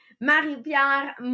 Marie-Pierre